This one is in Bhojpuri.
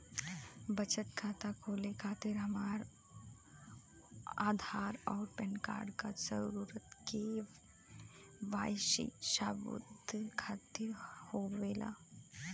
बचत खाता खोले खातिर आधार और पैनकार्ड क जरूरत के वाइ सी सबूत खातिर होवेला